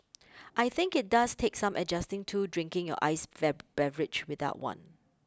I think it does take some adjusting to drinking your iced beverage without one